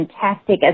fantastic